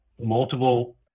multiple